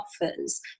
offers